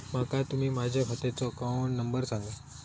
माका तुम्ही माझ्या खात्याचो अकाउंट नंबर सांगा?